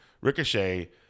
Ricochet